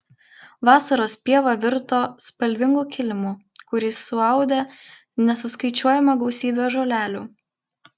vasaros pieva virto spalvingu kilimu kurį suaudė nesuskaičiuojama gausybė žolelių